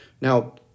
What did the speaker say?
Now